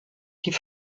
die